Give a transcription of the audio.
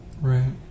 Right